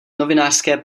novinářské